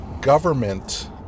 government